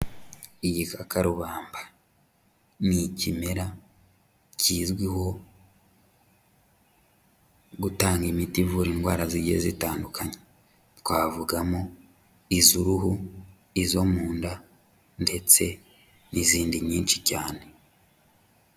Igikakarubamba ni ikimera kizwiho gutanga imiti ivura indwara zigiye zitandukanye, twavugamo iz'uruhu, izo mu nda ndetse n'izindi nyinshi cyane.